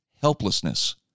helplessness